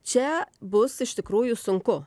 čia bus iš tikrųjų sunku